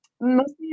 Mostly